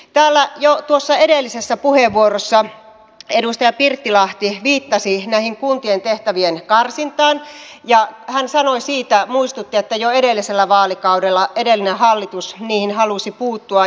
täällä jo tuossa edellisessä puheenvuorossa edustaja pirttilahti viittasi tähän kuntien tehtävien karsintaan ja hän muistutti että jo edellisellä vaalikaudella edellinen hallitus niihin halusi puuttua